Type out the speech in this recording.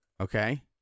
okay